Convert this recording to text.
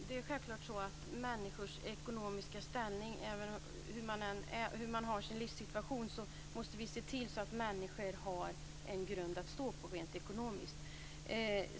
Fru talman! Oberoende av hur människors ekonomiska ställning och livssituation ser ut måste vi självfallet se till att människor har en grund att stå på rent ekonomiskt.